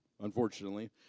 unfortunately